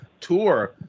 tour